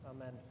Amen